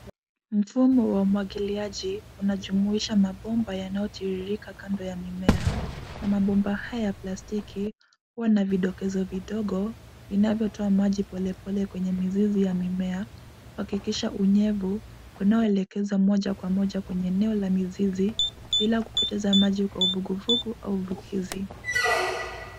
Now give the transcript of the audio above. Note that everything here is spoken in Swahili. Mfumo wa umwagiliaji unajumuisha mabomba yanayotiririka kando ya mimea na mabomba haya ya plastiki huwa na vidokezo vidogo, vinavyotoa maji polepole kwenye mizizi ya mimea, kuhakikisha unyevu unaoelekeza moja kwa moja kwenye eneo la mizizi bila kupoteza maji kwa mavuguvugu au vukizi.